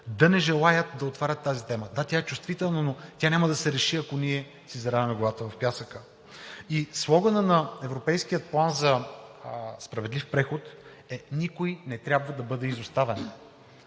да не желаят да отварят тази тема. Да, тя е чувствителна, но няма да се реши, ако ние си заравяме главата в пясъка. Слоганът на Европейския план за справедлив преход е: „Никой не трябва да бъде изоставен.“